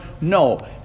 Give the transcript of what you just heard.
No